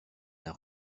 d’un